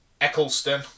Eccleston